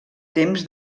temps